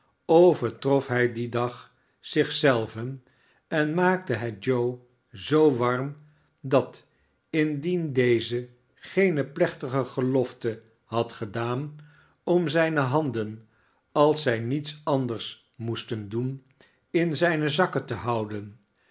overtrof hij dien dag zich zelven en maakte het joe zoo warm dat indien deze geene plechtige gelofte had gedaan om zijne handen als zij niets anders moesten doen in zijne zakken te houden